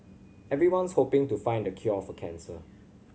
everyone's hoping to find the cure for cancer